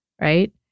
right